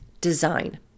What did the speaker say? design